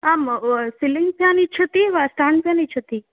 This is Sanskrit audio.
आं सिलिङ्ग फ़ेन् इच्छति वा स्टेण्ड् फ़ेन् इच्छति